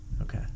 Okay